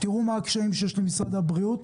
תראו מה הקשיים שיש למשרד הבריאות,